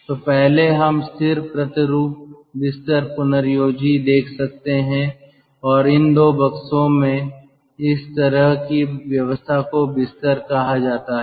तो पहले हम फिक्स्ड ट्विन बेड रेजनरेटर देख सकते हैं और इन 2 बक्सों में इस तरह की व्यवस्था को बिस्तर कहा जाता है